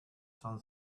sun